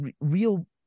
real